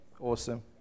Awesome